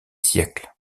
siècles